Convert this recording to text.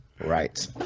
right